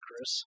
Chris